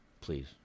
Please